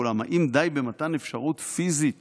אולם האם די במתן אפשרות פיזית